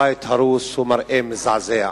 ובית הרוס הוא מראה מזעזע.